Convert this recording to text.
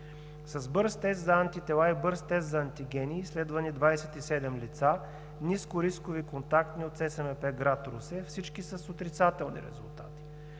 С бърз тест за антитела и бърз тест за антигени са изследвани 27 лица – нискорискови, контактни от ЦСМП – град Русе. Всички са с отрицателни резултати.